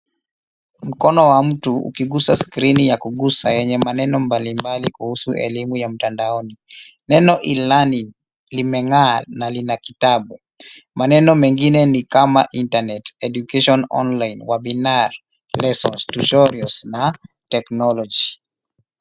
Mkono wa mtu ukigusa skrini ya kugusa yenye maneno mbalimbali kuhusu elimu ya mtandaoni. Neno ILANI imeng'aa na lina kitabu. Maneno mengine ni kama INTERNET, EDUCATION ONLINE, WEBINAR, LESOS, TUTORIALS na TECHNOLOGY